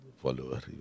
follower